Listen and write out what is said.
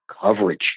coverage